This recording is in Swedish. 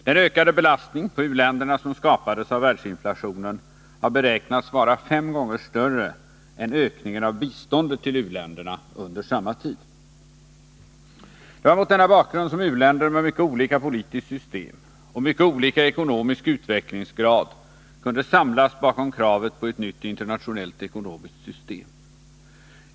Den ökade belastning på u-länderna som skapades av världsinflationen har beräknats vara fem gånger större än ökningen av biståndet till u-länderna under samma tid. Det var mot denna bakgrund som u-länder med mycket olika politiskt system och mycket olika ekonomisk utvecklingsgrad kunde samlas bakom kravet på ett nytt internationellt ekonomiskt system.